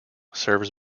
serves